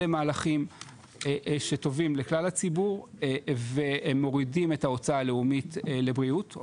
אלו מהלכים שטובים לכלל הציבור והם מורידים את ההוצאה הלאומית לבריאות.